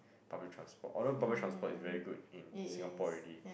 public transport although public transport is very good in Singapore already